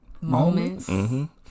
moments